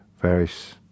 various